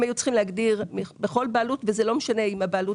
הם היו צריכים להגדיר בכל בעלות וזה לא משנה אם הבעלות